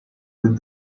bid